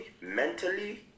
mentally